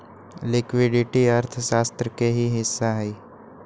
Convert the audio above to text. liquidity अर्थशास्त्र के ही हिस्सा हई